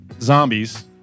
zombies